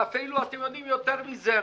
ואפילו אתם יודעים יותר מזה,